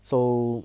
so